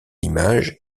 image